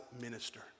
minister